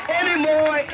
anymore